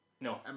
No